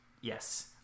yes